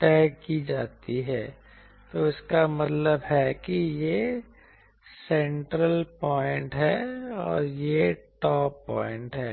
तय की जाती है तो इसका मतलब है कि यह सेंट्रल पॉइंट है और यह टॉप पॉइंट है